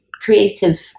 creative